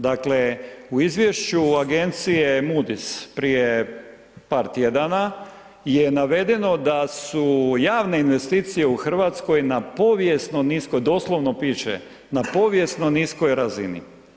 Dakle u izvješću agencije Moody’s, prije par tjedana je navedeno da su javne investicije u RH na povijesno niskoj, doslovno piše, na povijesno niskoj razini.